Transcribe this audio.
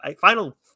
final